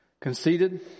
Conceited